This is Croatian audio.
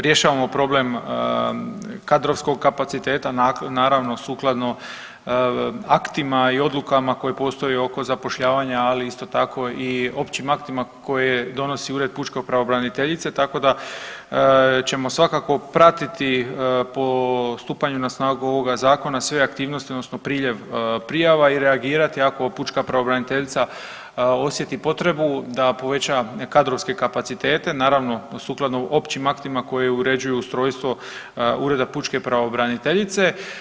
Rješavamo problem kadrovskog kapaciteta naravno sukladno aktima i odlukama koji postoje oko zapošljavanja, ali isto tako i općim aktima koje donosi ured pučke pravobraniteljice, tako da ćemo svakako pratiti po stupanju na snagu ovoga zakona sve aktivnosti odnosno priljev prijava i reagirati ako pučka pravobraniteljica osjeti potrebu da poveća kadrovske kapacitete naravno sukladno općim aktima koje uređuju ustrojstvo ureda pučke pravobraniteljice.